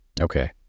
Okay